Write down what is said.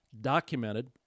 documented